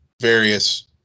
various